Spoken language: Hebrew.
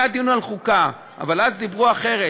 היה דיון על חוקה, אבל אז דיברו אחרת.